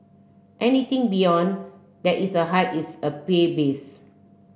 anything beyond that is a hike is a babies